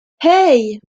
hey